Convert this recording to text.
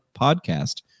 podcast